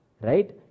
right